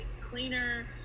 cleaner